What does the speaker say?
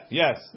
yes